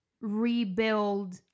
rebuild